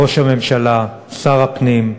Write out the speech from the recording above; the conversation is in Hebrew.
ראש הממשלה, שר הפנים,